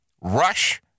Rush